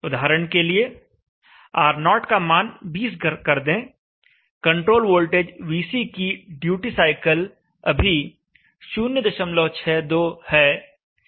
उदाहरण के लिए R0 का मान 20 कर दें कंट्रोल वोल्टेज VC की ड्यूटी साइकिल अभी 062 है